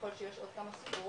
יכול להיות שיש עוד כמה ספורות,